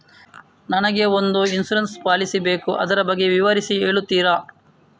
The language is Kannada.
ನನಗೆ ಒಂದು ಇನ್ಸೂರೆನ್ಸ್ ಪಾಲಿಸಿ ಬೇಕು ಅದರ ಬಗ್ಗೆ ವಿವರಿಸಿ ಹೇಳುತ್ತೀರಾ?